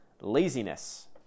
laziness